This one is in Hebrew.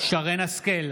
שרן מרים השכל,